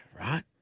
right